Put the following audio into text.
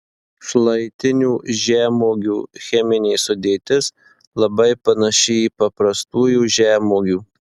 šlaitinių žemuogių cheminė sudėtis labai panaši į paprastųjų žemuogių